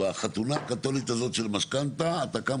בחתונה הקתולית הזו של משכנתה אתה קם